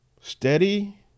Steady